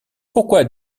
pourquoi